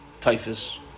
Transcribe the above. typhus